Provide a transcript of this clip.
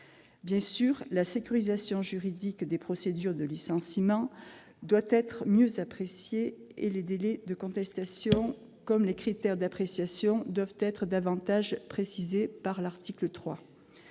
Bien sûr, la sécurisation juridique des procédures de licenciement doit être mieux appréciée et les délais de contestation, comme les critères d'appréciation, doivent être davantage précisés à l'article 3.